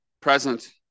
present